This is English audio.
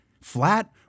Flat